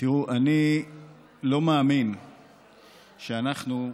אני לא מאמין שאנחנו,